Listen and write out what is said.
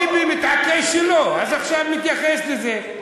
ביבי מתעקש שלא, אז עכשיו נתייחס לזה.